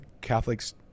Catholics